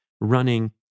running